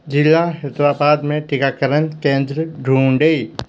जिला हैदराबाद में टीकाकरण केंद्र ढूँढे